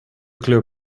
kleur